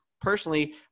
personally